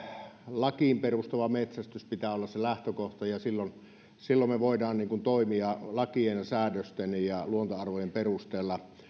lakiin perustuvan metsästyksen pitää olla se lähtökohta ja silloin silloin me voimme toimia lakien säädösten ja luontoarvojen perusteella